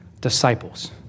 disciples